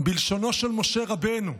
בלשונו של משה רבנו,